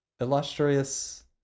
illustrious